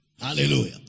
hallelujah